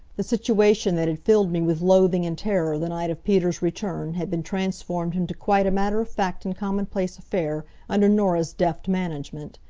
the situation that had filled me with loathing and terror the night of peter's return had been transformed into quite a matter-of-fact and commonplace affair under norah's deft management.